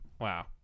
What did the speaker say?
wow